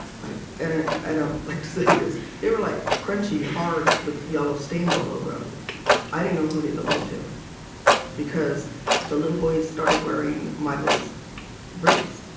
right and i i don't like to say this they were like crunchy hard with yellow stains all over him i didn't know who they belonged to because the little boys started wearing michael's briefs